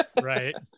right